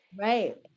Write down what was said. Right